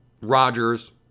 Rodgers